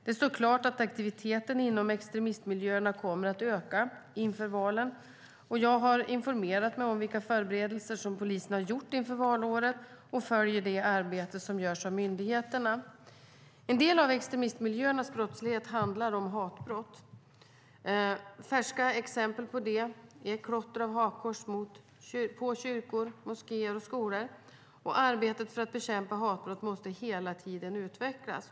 Det står klart att aktiviteten inom extremistmiljöerna kommer att öka under valen. Jag har informerat mig om vilka förberedelser som polisen har gjort inför valåret och följer det arbete som görs av myndigheterna. En del av extremistmiljöernas brottslighet handlar om hatbrott. Färska exempel på det är klotter av hakkors på kyrkor, moskéer och skolor. Arbetet för att bekämpa hatbrott måste hela tiden utvecklas.